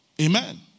Amen